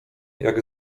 jak